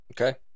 okay